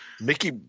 Mickey